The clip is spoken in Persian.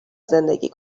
زندگی